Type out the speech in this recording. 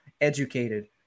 educated